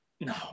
no